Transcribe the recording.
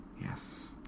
Yes